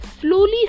slowly